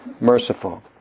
merciful